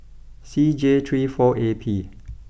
C J three four A P